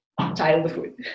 childhood